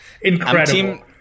Incredible